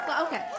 Okay